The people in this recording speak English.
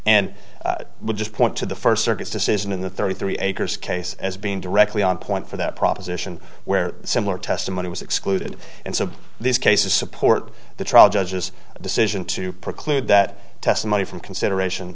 and i would just point to the first circuit decision in the thirty three acres case as being directly on point for that proposition where similar testimony was excluded and so these cases support the trial judge's decision to preclude that testimony from consideration